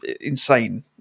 insane